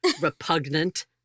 repugnant